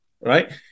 right